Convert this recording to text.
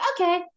Okay